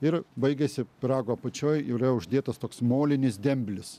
ir baigiasi pyrago apačioje yra uždėtas toks molinis demblis